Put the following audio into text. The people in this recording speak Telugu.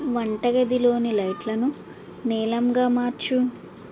వంటగదిలోని లైట్లను నీలంగా మార్చు